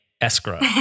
Escrow